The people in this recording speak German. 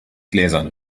gläsern